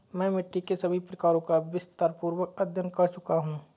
मैं मिट्टी के सभी प्रकारों का विस्तारपूर्वक अध्ययन कर चुका हूं